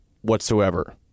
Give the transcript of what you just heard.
whatsoever